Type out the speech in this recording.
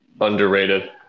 underrated